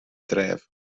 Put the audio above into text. dref